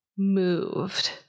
moved